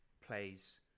plays